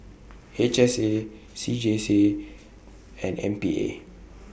H S A C J C and M P A